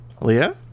leah